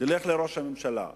תלך לראש הממשלה,